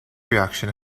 reaction